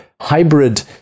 hybrid